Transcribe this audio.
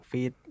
Feed